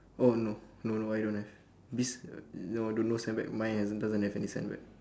oh no no no I don't have bes~ uh no don't know sandbag mine hasn't doesn't have any sand bag